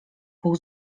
pół